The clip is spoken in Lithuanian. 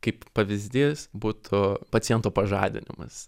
kaip pavyzdys būtų paciento pažadinimas